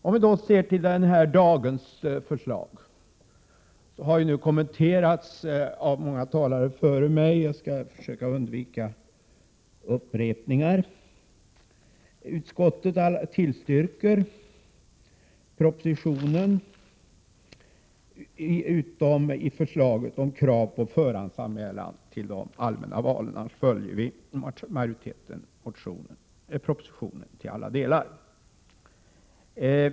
Det förslag som vi i dag behandlar har redan kommenterats av många talare före mig, och därför skall jag försöka undvika upprepningar. Utskottet tillstyrker propositionen, utom i förslaget om krav på förhandsanmälan till allmänna val. I övrigt följer vi i majoriteten propositionen till alla delar.